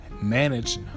manage